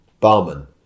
Barman